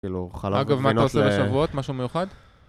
אגב מה אתה עושה בשבועות משהו מיוחד?